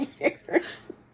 years